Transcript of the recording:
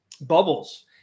bubbles